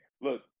look